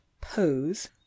pose